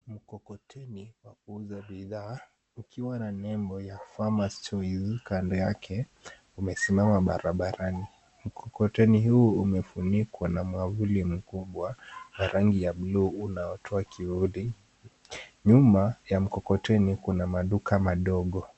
Mkokoteni wa kuuza bidhaa ukiwa na nembo ya Farmer's Choice kando yak, umesimama barabarani. Nkokoteni huo umefunikwa na mwavuli mkubwa wa rangi ya buluu unaotoa kivuli. Nyuma ya mkokoteni kuna madka madogo.